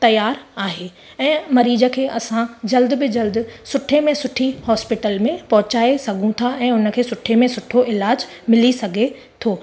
तयारु आहे ऐं मरीज खे असां जल्द में जल्द सुठे में सुठी हॉस्पिटल में पहुचाए सघूं था ऐं उनखे सुठे में सुठो इलाज मिली सघे थो